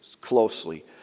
closely